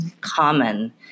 common